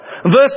Verse